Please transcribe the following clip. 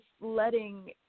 letting